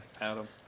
Adam